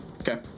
Okay